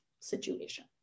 situation